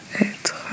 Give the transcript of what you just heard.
être